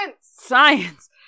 Science